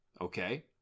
okay